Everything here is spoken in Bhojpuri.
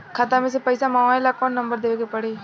खाता मे से पईसा मँगवावे ला कौन नंबर देवे के पड़ी?